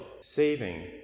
saving